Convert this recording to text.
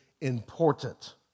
important